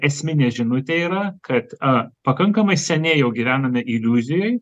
esminė žinutė yra kad a pakankamai seniai jau gyvename iliuzijoj